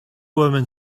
woman